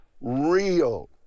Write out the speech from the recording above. real